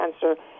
cancer